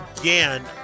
again